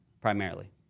primarily